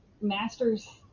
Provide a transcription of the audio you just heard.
master's